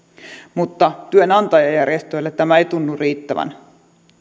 mutta työnantajajärjestöille tämä ei tunnu riittävän